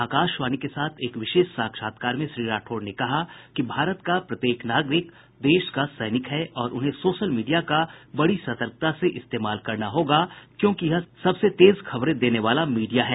आकाशवाणी के साथ एक विशेष साक्षात्कार में श्री राठौड़ ने कहा कि भारत का प्रत्येक नागरिक देश का सैनिक है और उन्हें सोशल मीडिया का बड़ी सतर्कता से इस्तेमाल करना होगा क्योंकि यह सबसे तेज खबरें देने वाला मीडिया है